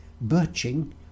Birching